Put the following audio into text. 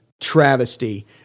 travesty